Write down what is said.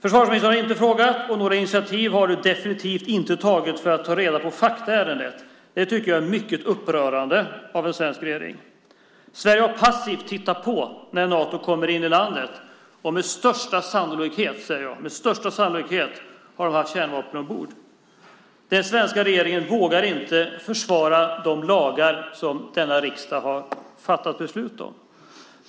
Försvarsministern har inte frågat, och några initiativ har du definitivt inte tagit för att ta reda på fakta i ärendet. Det tycker jag är mycket upprörande av en svensk regering. Sverige har passivt tittat på när Nato kommer in i landet och med största sannolikhet har kärnvapen ombord. Den svenska regeringen vågar inte försvara de lagar som riksdagen har fattat beslut om.